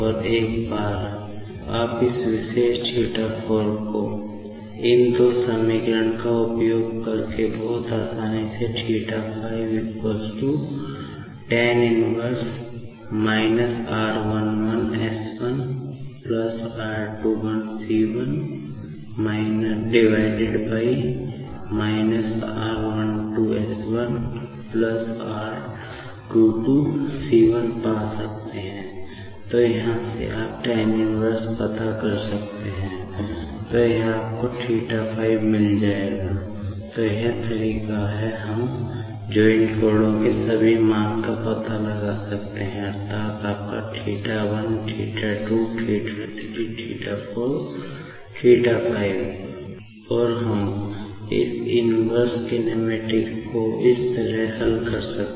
और एक बार आप इस विशेष θ4 तो इन दो समीकरण का प्रयोग करके बहुत आसानी से θ5 tan −1 को इस तरह से हल कर सकते हैं